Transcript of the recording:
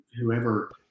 whoever